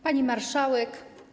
Pani Marszałek!